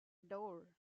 door